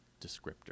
descriptor